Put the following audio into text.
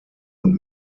und